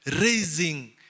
raising